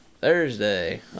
Thursday